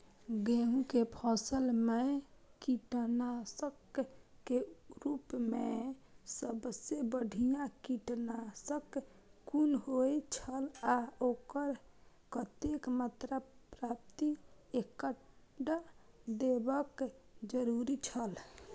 गेहूं के फसल मेय कीटनाशक के रुप मेय सबसे बढ़िया कीटनाशक कुन होए छल आ ओकर कतेक मात्रा प्रति एकड़ देबाक जरुरी छल?